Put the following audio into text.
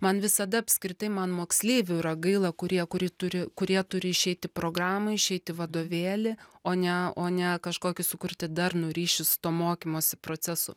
man visada apskritai man moksleivių yra gaila kurie kuri turi kurie turi išeiti programą išeiti vadovėlį o ne o ne kažkokį sukurti darnų ryšį su tuo mokymosi procesu